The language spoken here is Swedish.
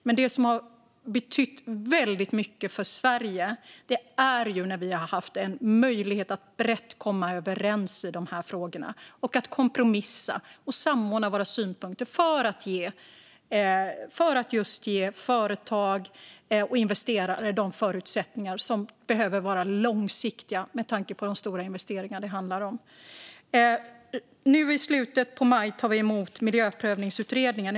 Men det som har betytt mycket för Sverige är när vi har haft möjlighet att komma överens brett i de här frågorna, att kompromissa och samordna våra synpunkter för att ge företag och investerare förutsättningar som behöver vara långsiktiga med tanke på de stora investeringar det handlar om. I slutet av maj tar vi emot Miljöprövningsutredningen.